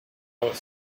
was